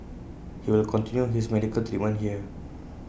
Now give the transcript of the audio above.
he will continue his medical treatment here